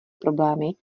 problémy